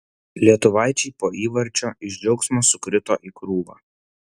lietuvaičiai po įvarčio iš džiaugsmo sukrito į krūvą